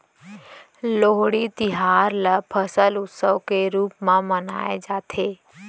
लोहड़ी तिहार ल फसल उत्सव के रूप म मनाए जाथे